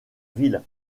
ville